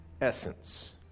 essence